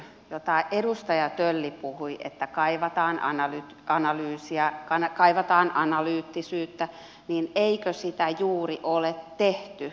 kun edustaja tölli puhui että kaivataan analyysiä kaivataan analyyttisyyttä niin eikö sitä juuri ole tehty